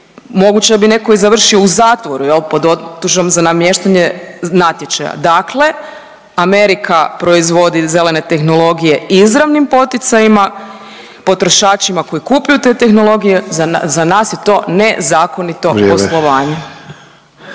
Moguće bi neko i završio u zatvoru pod optužbom za namještanje natječaja. Dakle, Amerika proizvodi zelene tehnologije izravnim poticajima potrošačima koji kupuju te tehnologije, za nas je to nezakonito …/Upadica